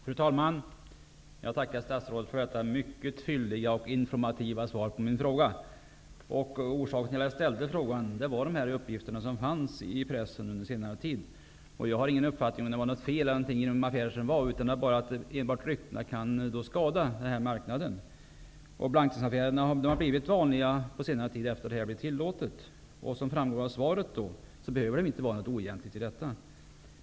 Fru talman! Jag tackar statsrådet för detta mycket fylliga och informativa svar på min fråga. Orsaken till att jag ställde frågan är de uppgifter som funnits i pressen under senare tid. Jag har ingen uppfattning om huruvida det varit några fel med de affärer som förekommit, men också rykten kan skada marknaden. Blankningsaffärerna har blivit vanliga på senare tid, efter det att de har blivit tillåtna, men som framgår av svaret behöver det inte vara något oegentligt i detta.